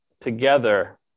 together